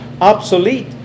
obsolete